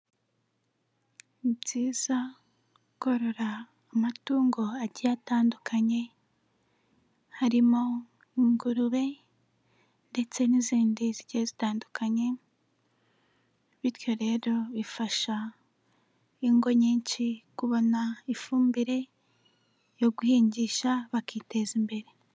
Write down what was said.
Ni byiza kororora amatungo agiye atandukanye, harimo ingurube ndetse n'izindi zigiye zitandukanye, bityo rero bifasha ingo nyinshi kubona ifumbire yo guhingisha bakiteza imbere.